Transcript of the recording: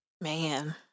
Man